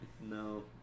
No